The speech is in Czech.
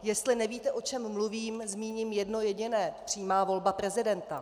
Jestli nevíte, o čem mluvím, zmíním jedno jediné přímá volba prezidenta.